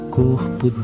corpo